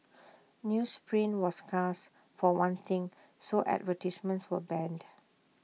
newsprint was scarce for one thing so advertisements were banned